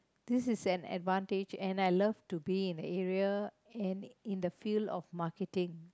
this is an advantage and I love to be in area and in the field of marketing